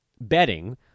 betting